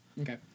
Okay